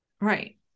Right